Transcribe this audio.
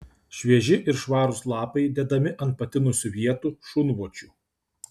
švieži ir švarūs lapai dedami ant patinusių vietų šunvočių